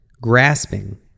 grasping